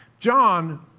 John